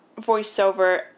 voiceover